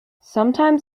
sometimes